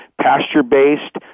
pasture-based